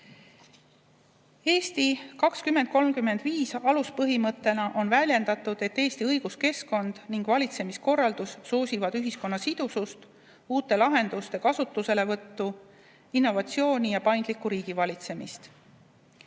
"Eesti 2035" aluspõhimõttena on väljendatud, et Eesti õiguskeskkond ning valitsemiskorraldus soosivad ühiskonna sidusust, uute lahenduste kasutuselevõttu, innovatsiooni ja paindlikku riigivalitsemist.